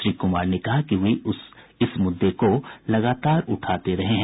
श्री कुमार ने कहा कि वे इस मुद्दे को लगातार उठाते रहे हैं